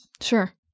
Sure